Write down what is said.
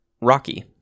Rocky